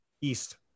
East